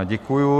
Děkuju.